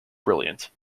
brilliant